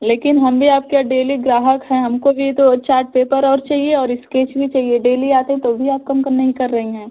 लेकिन हम भी आपके डेली ग्राहक हैं हमको भी तो चाट पेपर और चाहिए और इस्केच भी चाहिए डेली आते हैं तो भी आप कम कम नहीं कर रही हैं